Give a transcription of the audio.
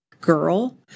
girl